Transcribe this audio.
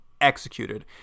executed